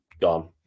gone